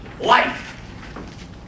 life